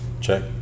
Check